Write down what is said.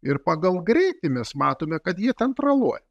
ir pagal greitį mes matome kad jie ten traluoja